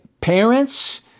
parents